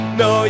no